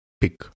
pick